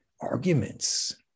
arguments